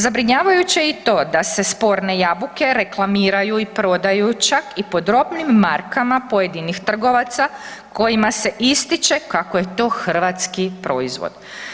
Zabrinjavajuće je i to da se sporne jabuke reklamiraju i prodaju čak i pod robnim markama pojedinih trgovaca kojima se ističe kako je to hrvatski proizvod.